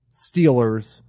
Steelers